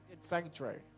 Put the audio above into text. sanctuary